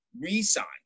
re-signed